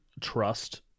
trust